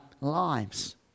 lives